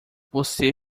você